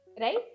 right